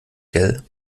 gell